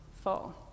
full